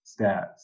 stats